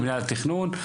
ומינהל התכנון.